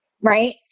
right